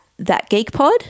thatgeekpod